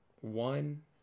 one